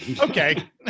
Okay